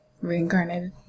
reincarnated